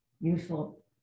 useful